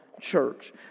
church